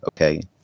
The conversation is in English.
Okay